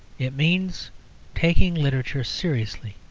it means taking literature seriously,